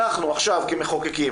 אנחנו עכשיו כמחוקקים,